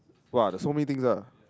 !wow! there's so many things lah